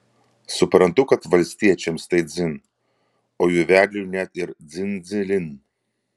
suprantu kad valstiečiams tai dzin o jų vedliui net ir dzin dzilin